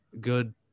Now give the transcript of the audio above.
good